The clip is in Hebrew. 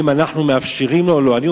האם אנחנו מאפשרים לו או לא?